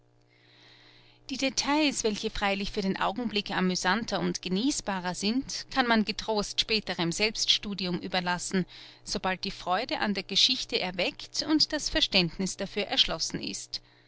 die details welche freilich für den augenblick amüsanter und genießbarer sind kann man getrost späterem selbststudium überlassen sobald die freude an der geschichte erweckt und das verständniß dafür erschlossen ist